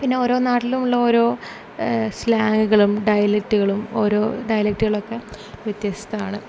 പിന്നെ ഓരോ നാട്ടിലും ഉള്ള ഓരോ സ്ലാങ്ങുകളും ഡയലെറ്റുകളും ഓരോ ഡയലെറ്റുകളൊക്കെ വ്യത്യസ്തമാണ്